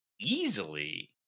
easily